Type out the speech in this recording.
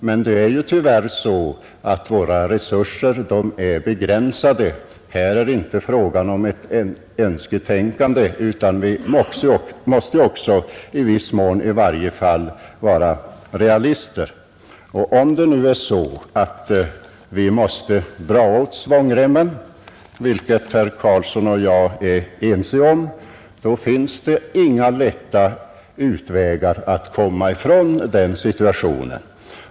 Men det är tyvärr så att våra resurser är begränsade. Här är det inte fråga om ett önsketänkande, utan vi måste i varje fall i viss mån vara realister. Om vi nu måste dra åt svångremmen — något som herr Carlsson i Vikmanshyttan och jag är ense om — finns det inga lätta utvägar för att komma ifrån den situationen.